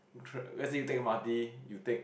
let's say you take M_R_T you take